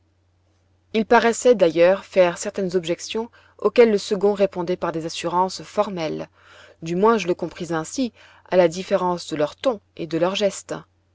il paraissait d'ailleurs faire certaines objections auxquelles le second répondait par des assurances formelles du moins je le compris ainsi à la différence de leur ton et de leurs gestes